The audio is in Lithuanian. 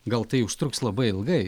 gal tai užtruks labai ilgai